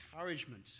encouragement